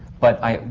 but i.